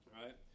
right